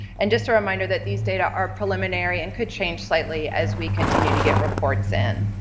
and just a reminder that these data are preliminary and could change slightly as we continue to get reports in.